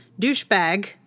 Douchebag